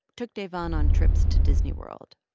took davon on trips to disney world.